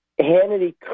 Hannity